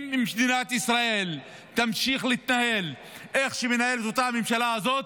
אם מדינת ישראל תמשיך להתנהל איך שמנהלת אותה הממשלה הזו,